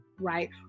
right